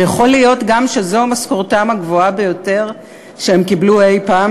ויכול להיות גם שזו המשכורת הגבוהה ביותר שהם קיבלו אי-פעם,